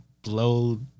blow